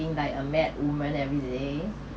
like a mad woman everyday